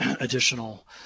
additional